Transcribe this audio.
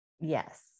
yes